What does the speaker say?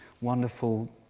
wonderful